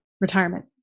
retirement